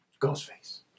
Ghostface